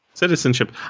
Citizenship